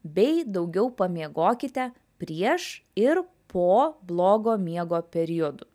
bei daugiau pamiegokite prieš ir po blogo miego periodų